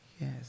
Yes